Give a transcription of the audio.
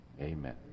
amen